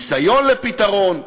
ניסיון לפתרון,